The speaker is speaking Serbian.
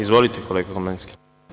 Izvolite, kolega Komlenski.